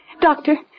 Doctor